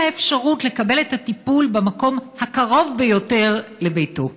האפשרות לקבל את הטיפול במקום הקרוב ביותר לביתו.